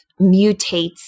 mutates